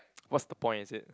what's the point is it